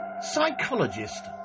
Psychologist